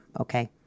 Okay